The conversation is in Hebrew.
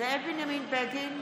זאב בנימין בגין,